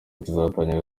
kizatangira